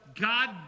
God